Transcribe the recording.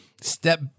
step